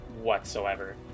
whatsoever